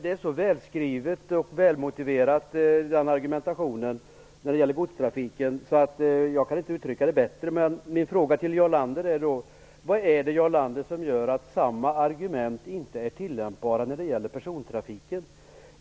Den argumentationen när det gäller godstrafiken är så välskriven och välmotiverad att jag inte kan uttrycka det bättre. Jag vill fråga Jarl Lander: Vad är det, Jarl Lander, som gör att samma argument inte är tillämpbara när det gäller persontrafiken?